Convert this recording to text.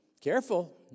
careful